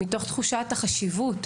מתוך תחושת החשיבות,